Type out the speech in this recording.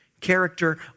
character